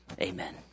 amen